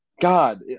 God